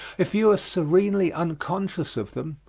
if you are serenely unconscious of them,